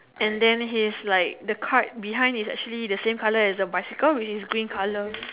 and then he's like the cart behind is actually the same colour as the bicycle which is green colour